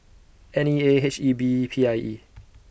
N E A H E B P I E